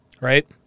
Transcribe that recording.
right